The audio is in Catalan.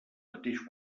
mateix